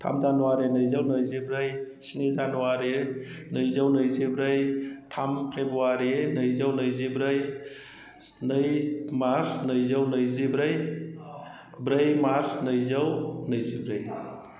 थाम जानुवारि नैजौ नैजिब्रै स्नि जानुवारि नैजौ नैजिब्रै थाम फ्रेबुवारि नैजौ नैजिब्रै नै मार्स नैजौ नैजिब्रै ब्रै मार्स नैजौ नैजिब्रै